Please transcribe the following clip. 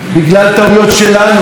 בגלל פיצול במחנה,